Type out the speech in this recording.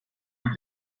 own